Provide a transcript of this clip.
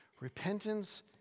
Repentance